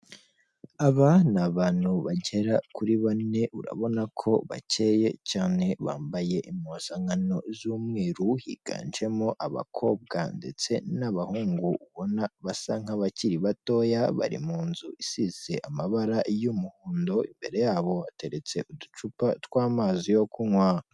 Aba ni abantu bagera kuri bane urabona ko bakeye cyane bambaye impuzankano z'umweru higanjemo abakobwa ndetse n'abahungu ubona basa nk'abakiri batoya bari mu nzu isize amabara y'umuhondo, imbere yabo bateretse uducupa tw'amazi yo kunywa.